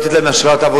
לא לתת להם אשרת עבודה,